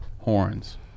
horns